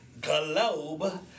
globe